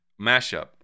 mashup